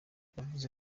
yavuze